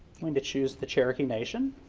i mean to choose the cherokee nation